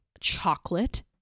chocolate